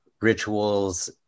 rituals